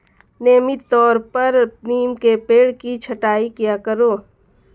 नियमित तौर पर नीम के पेड़ की छटाई किया करो